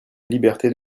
liberté